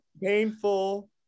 painful